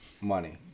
money